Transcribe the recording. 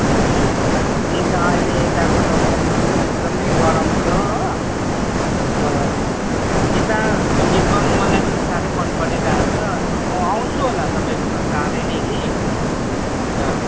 हजुर त्यै त अहिले एताको त मौसम पनि एकदमै गरम छ हो अन्त एता विजिट गर्नु मलाई पनि साह्रै मनपरिराको छ अन्त म आउँछु होला तपाईकोमा चाँढै नै कि अन्त